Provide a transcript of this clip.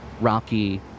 Rocky